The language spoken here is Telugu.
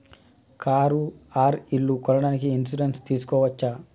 కారు ఆర్ ఇల్లు కొనడానికి ఇన్సూరెన్స్ తీస్కోవచ్చా?